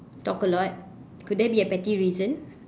talk a lot could that be a petty reason